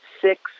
six